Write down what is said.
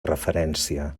referència